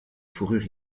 fourrure